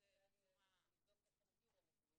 אז אולי כדאי לבדוק איך הם הגיעו לנתונים,